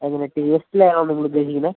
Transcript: എങ്ങനെ ടേസ്റ്റി ആണോ നിങ്ങള് ഉദ്ദേശിക്കുന്നത്